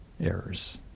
errors